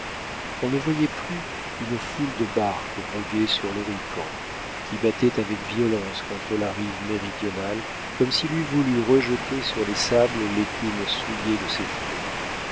on ne voyait plus une foule de barques voguer sur l'horican qui battait avec violence contre la rive méridionale comme s'il eût voulu rejeter sur les sables l'écume souillée de ses flots